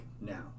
now